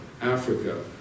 Africa